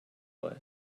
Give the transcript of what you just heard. way